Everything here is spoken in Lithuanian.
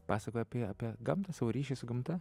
pasakoja apie apie gamtą savo ryšį su gamta